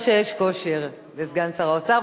כושר לסגן שר האוצר.